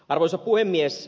arvoisa puhemies